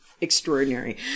extraordinary